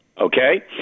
okay